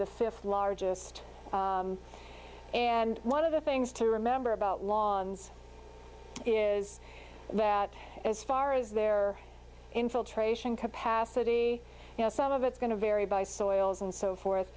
the fifth largest and one of the things to remember about lawns is that as far as their infiltration capacity you know some of it's going to vary by soils and so forth